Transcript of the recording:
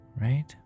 Right